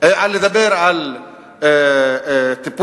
לדבר על טיפול,